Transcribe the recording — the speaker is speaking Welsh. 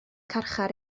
carchar